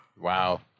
Wow